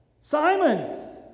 Simon